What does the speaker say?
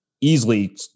easily